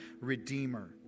redeemer